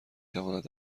تواند